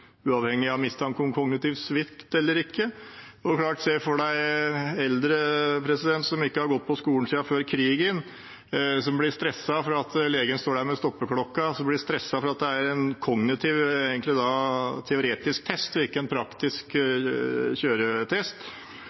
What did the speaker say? uavhengig av mistanke om kognitiv svikt eller ikke. Det er klart at hvis man ser for seg eldre som ikke har gått på skolen siden før krigen, som blir stresset fordi legen står der med stoppeklokka, som blir stresset fordi det egentlig er en kognitiv teoretisk test og ikke en praktisk kjøretest,